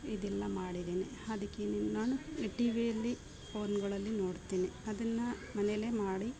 ಇದೆಲ್ಲ ಮಾಡಿದ್ದೇನೆ ಅದಕ್ಕೇ ನಾನು ಅದು ಟಿ ವಿಯಲ್ಲಿ ಫೋನುಗಳಲ್ಲಿ ನೋಡ್ತೇನೆ ಅದನ್ನು ಮನೆಯಲ್ಲೆ ಮಾಡಿ